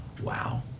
wow